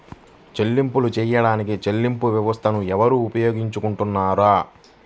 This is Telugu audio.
చెల్లింపులు చేయడానికి చెల్లింపు వ్యవస్థలను ఎవరు ఉపయోగించుకొంటారు?